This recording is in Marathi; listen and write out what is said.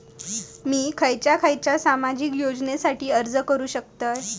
मी खयच्या खयच्या सामाजिक योजनेसाठी अर्ज करू शकतय?